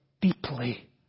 deeply